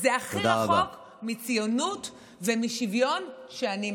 זה הכי רחוק מציונות ומשוויון שאני מכירה.